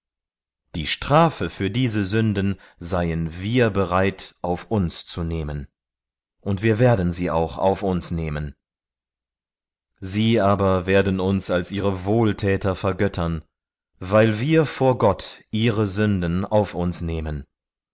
die strafe aber für ihre sünden werden wir auf uns nehmen so wird es sein wir werden selber die sünde tragen und sie werden uns verehren als ihre wohltäter weil wir vor gott ihre sünden auf uns nehmen